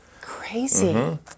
crazy